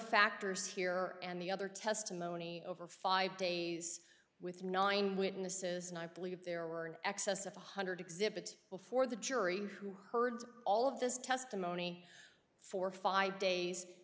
factors here and the other testimony over five days with nine witnesses and i believe there were in excess of one hundred exhibits before the jury who heard all of this testimony for five days